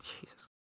Jesus